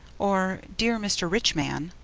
or dear mr. rich-man,